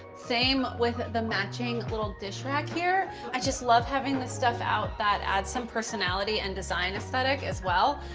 same with the matching little dish rack here. i just love having this stuff out that adds some personality and design aesthetic as well.